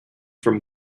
from